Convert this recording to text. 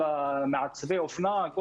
מעצבי אופנה.